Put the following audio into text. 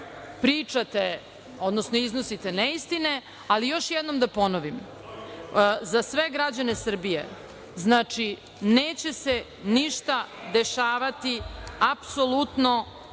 pričate, odnosno iznosite neistine, ali i još jednom da ponovim za sve građane Srbije - neće se ništa dešavati apsolutno